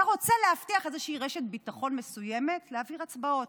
אתה רוצה להבטיח איזושהי רשת ביטחון מסוימת להעביר הצבעות,